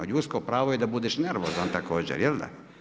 Ljudsko pravo je da bude nervozan također, jel da?